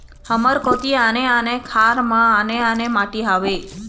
हमर कोती आने आने खार म आने आने माटी हावे?